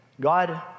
God